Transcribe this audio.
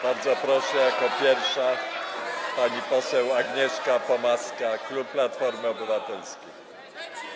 Bardzo proszę, jako pierwsza pani poseł Agnieszka Pomaska, klub Platformy Obywatelskiej.